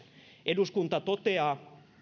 eduskunta toteaa